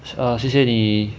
err 谢谢你